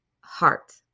heart